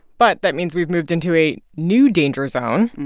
but that means we've moved into a new danger zone.